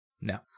No